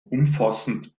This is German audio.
umfassend